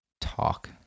talk